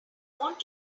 want